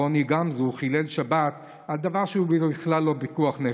רוני גמזו חילל שבת על דבר שהוא בכלל לא פיקוח נפש.